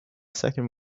second